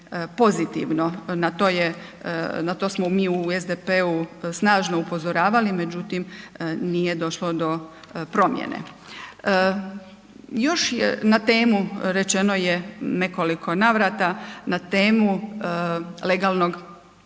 pozitivno, na to smo mi u SDP-u snažno upozoravali, međutim, nije došlo do promjene. Još na temu rečeno je nekoliko navrata, na temu legalnog